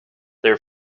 their